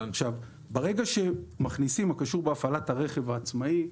ברגע שמכניסים את המילים "הקשור בהפעלת הרכב העצמאי",